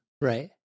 right